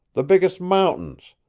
the biggest mountains,